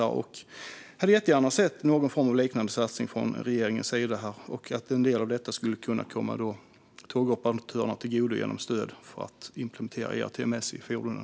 Jag hade jättegärna sett någon form av liknande satsning från regeringens sida och att en del av detta skulle kunna komma tågoperatörerna till godo genom stöd för att implementera ERTMS i fordonen.